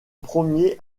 premier